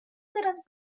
teraz